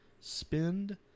Spend